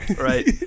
Right